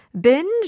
binge